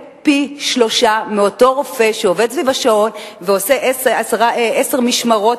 פי-שלושה מאותו רופא שעובד סביב השעון ועושה עשר משמרות